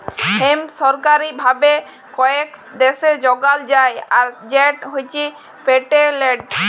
hemp সরকারি ভাবে কয়েকট দ্যাশে যগাল যায় আর সেট হছে পেটেল্টেড